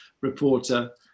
reporter